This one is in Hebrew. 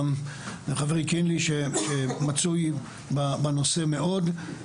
כמו חברי קינלי שמצוי בנושא מאוד,